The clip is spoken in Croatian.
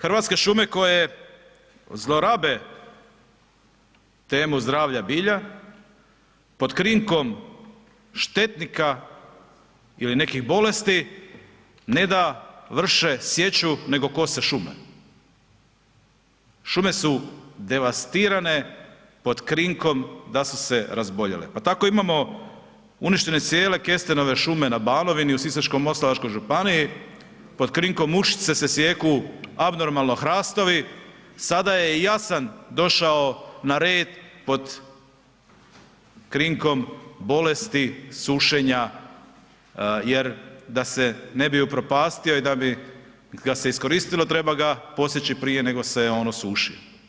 Hrvatske šume koje zlorabe temu zdravlja bilja pod krinkom štetnika ili nekih bolesti ne da vrše sječu nego kose šume. šume su devastirane pod krinkom da su se razboljele pa tako imamo uništene cijele kestenove šume na Banovini, u Sisačko-moslavačkoj županiji, pod krinkom mušice se sijeku abnormalno hrastovi, sada je i jasen došao na red pod krinkom bolesti sušenja jer da se ne bi upropastio i da bi ga se iskoristilo, treba ga posjeći prije nego se on osuši.